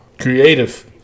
Creative